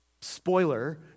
Spoiler